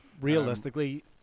Realistically